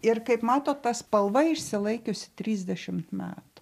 ir kaip matot ta spalva išsilaikiusi trisdešimt metų